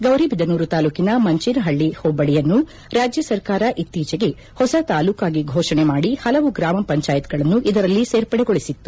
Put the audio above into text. ಗೌರಿಬಿದನೂರು ತಾಲೂಕಿನ ಮಂಚೇನಹಳ್ಳಿ ಹೋಬಳಿಯನ್ನು ರಾಜ್ಯ ಸರ್ಕಾರ ಇತ್ತೀಚೆಗೆ ಹೊಸ ತಾಲೂಕಾಗಿ ಫೋಷಣೆ ಮಾಡಿ ಹಲವು ಗ್ರಾಮ ಪಂಚಾಯತ್ಗಳನ್ನು ಇದರಲ್ಲಿ ಸೇರ್ಪಡೆಗೊಳಿಸಿತ್ತು